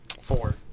four